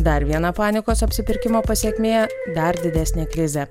dar viena panikos apsipirkimo pasekmė dar didesnė krizė